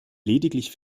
lediglich